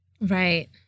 Right